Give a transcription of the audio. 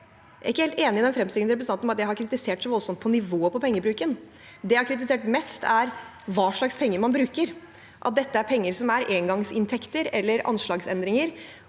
Jeg er ikke helt enig i den fremstillingen til representanten om at jeg har kritisert nivået på pengebruken så voldsomt. Det jeg har kritisert mest, er hva slags penger man bruker – at dette er penger som er engangsinntekter eller anslagsendringer,